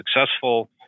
successful